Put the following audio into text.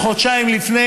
חודשיים לפני,